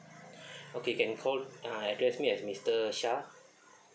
okay can call uh address me as mister sha